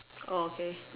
oh okay